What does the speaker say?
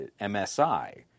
msi